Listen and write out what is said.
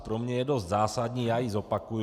Pro mě je dost zásadní, já ji zopakuji.